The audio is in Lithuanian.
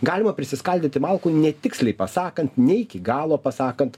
galima prisiskaldyti malkų netiksliai pasakant ne iki galo pasakant